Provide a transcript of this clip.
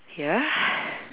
ya